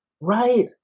Right